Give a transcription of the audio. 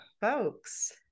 folks